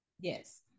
Yes